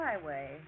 highway